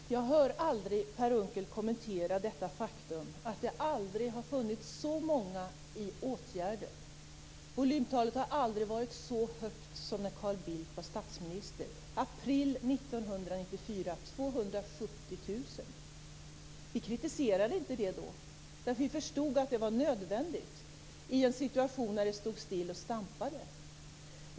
Fru talman! Jag hör aldrig Per Unckel kommentera detta faktum att det aldrig har funnits så många i åtgärder. Volymtalet har aldrig varit så högt som när Carl Bildt var statsminister, 270 000 i april 1994. Vi kritiserade det inte då, därför att vi förstod att det var nödvändigt i en situation när det stod still.